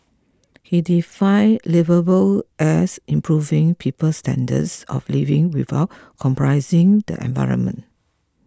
he define liveable as improving people's standards of living without compromising the environment